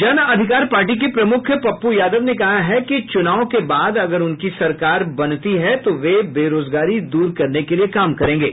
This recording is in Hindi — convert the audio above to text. जन अधिकार पार्टी के प्रमुख पप्प् यादव ने कहा है कि च्रनाव के बाद अगर उनकी सरकार बनती है तो वे बेरोजगारी दूर करने के लिए काम करेंगे